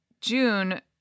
June